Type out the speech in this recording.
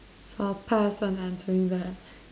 so I'll pass on answering that